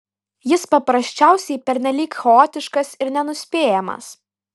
jis paprasčiausiai pernelyg chaotiškas ir nenuspėjamas